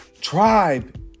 tribe